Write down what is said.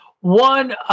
One